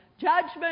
judgment